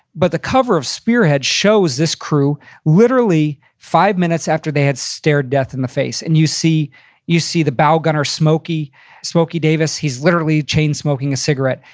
but the cover of spearhead shows this crew literally five minutes after they had stared death in the face. and you see you see the bow gunner smoky smoky davis, he's literally chain smoking a cigarette.